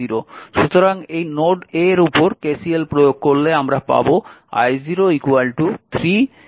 সুতরাং এই node a এর উপর KCL প্রয়োগ করে আমরা পাব i0 3 05i0